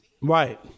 right